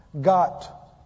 got